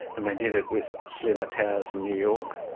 and they did it with slimmer towers in new york.